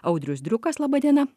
audrius driukas laba diena